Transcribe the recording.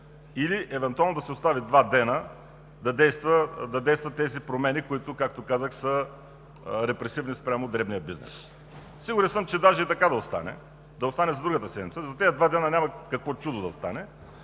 или евентуално да се остави два дни да действат тези промени, които, както казах, са репресивни спрямо дребния бизнес. Сигурен съм, че даже и така да остане – да остане за другата седмица, за тези два дни няма какво чудо да стане.